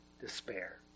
despair